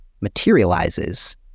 materializes